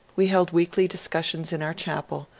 we held weekly discussions in our chapel,